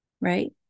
right